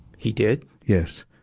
he did? yes.